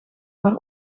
maar